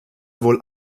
wohl